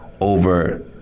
Over